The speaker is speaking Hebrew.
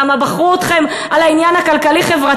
למה, בחרו אתכם על העניין הכלכלי-חברתי?